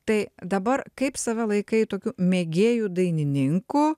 tai dabar kaip save laikai tokiu mėgėju dainininku